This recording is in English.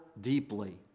deeply